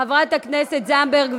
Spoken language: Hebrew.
וחברת הכנסת זנדברג.